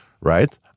right